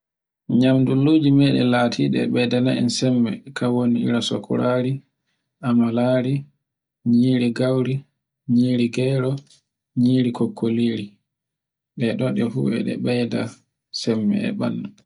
Nyam dulluji meɗen latiɗi e beyda na en sembe kan woni ira sokorari, amalari, nyiri gauri, nyiri gero, nyiri kokkoliri, ɗe ɗefu beyda sambe e bandu.